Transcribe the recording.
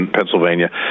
Pennsylvania